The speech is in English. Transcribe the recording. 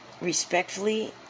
respectfully